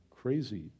crazy